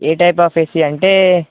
A type of AC అంటే